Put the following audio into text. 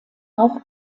auch